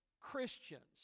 Christians